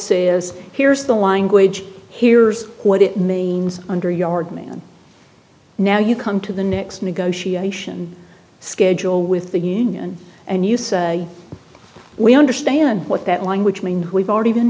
says here's the language here's what it means under yard man now you come to the next negotiation schedule with the union and you say we understand what that language mean who've already been